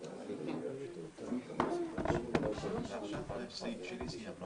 הייתה התייעצות סיעתית של סיעת יש עתיד ואי אפשר אחת אחרי השנייה.